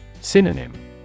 synonym